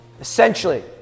essentially